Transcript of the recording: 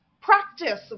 practice